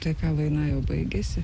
tai ką daina jau baigėsi